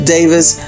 Davis